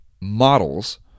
models